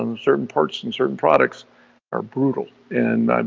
um certain parts and certain products are brutal and,